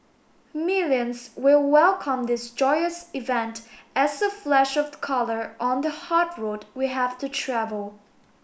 millions will welcome this joyous event as a flash of the colour on the hard road we have to travel